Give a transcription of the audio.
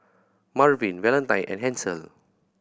Marvin Valentine and Hansel